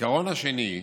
העיקרון השני: